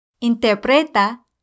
Interpreta